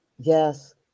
Yes